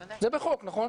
נכון?